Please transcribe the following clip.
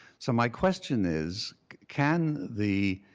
so my question is can the